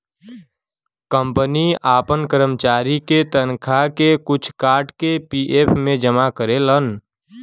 company आपन करमचारी के तनखा के कुछ काट के पी.एफ मे जमा करेलन